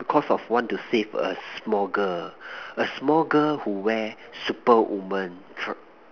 because of want to save a small girl a small girl who wear superwoman trunks